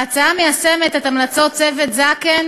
ההצעה מיישמת את המלצות צוות זקן